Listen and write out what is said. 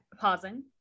Pausing